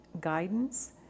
guidance